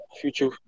future